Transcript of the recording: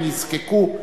והן נזקקו,